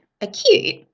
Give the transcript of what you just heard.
Acute